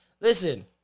Listen